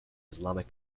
islamic